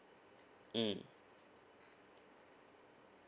mm